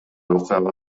окуяга